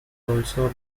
also